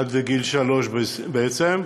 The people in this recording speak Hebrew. עד גיל שלוש, בעצם,